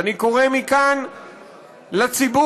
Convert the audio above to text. ואני קורא מכאן לציבור,